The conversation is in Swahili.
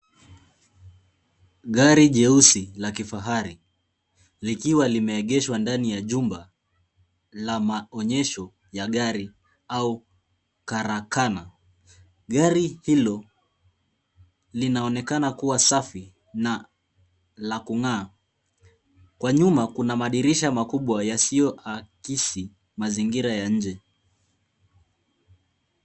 Gari jeusi la kifahari likiwa limeegeshwa ndani ya jumba la maonyesho ya gari au karakana. Gari hilo linaonekana kuwa safi na la kung'aa. Kwa nyuma kuna madirisha makubwa yasiyoakisi mazingira ya nje.